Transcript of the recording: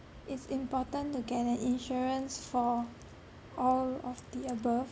it's important to get an insurance for all of the above